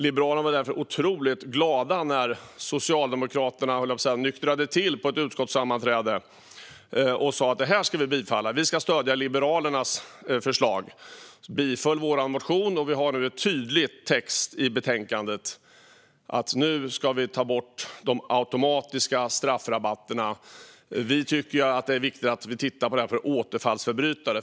Liberalerna var därför otroligt glada när Socialdemokraterna så att säga nyktrade till på ett utskottssammanträde och sa att de skulle tillstyrka detta och stödja Liberalernas förslag. De tillstyrkte vår motion. Vi har nu en tydlig text i betänkandet om att de automatiska straffrabatterna nu ska tas bort. Vi tycker att det är viktigt att titta på detta när det gäller återfallsförbrytare.